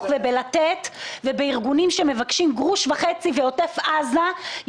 ובלת"ת ובארגונים שמבקשים גרוש וחצי בעוטף עזה.